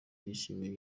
yishimira